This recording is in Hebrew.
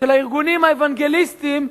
של הארגונים האוונגליסטיים,